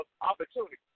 opportunity